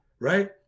right